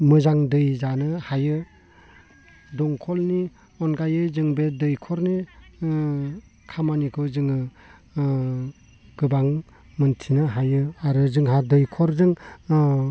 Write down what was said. मोजां दै जानो हायो दंखलनि अनगायै जों बे दैखरनि खामानिखौ जोङो गोबां मिन्थिनो हायो आरो जोंहा दैखरजों